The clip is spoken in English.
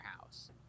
house